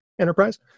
enterprise